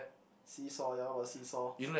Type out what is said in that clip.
seesaw ya what about seesaw